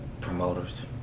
promoters